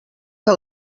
que